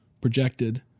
projected